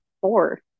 Four